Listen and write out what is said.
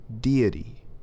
deity